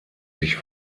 sich